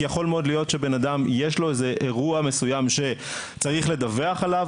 כי יכול מאוד להיות שלבן אדם יש אירוע מסוים שצריך לדווח עליו,